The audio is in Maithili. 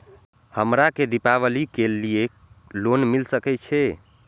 हमरा के दीपावली के लीऐ लोन मिल सके छे?